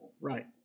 Right